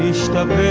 stepped